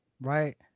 right